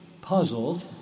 puzzled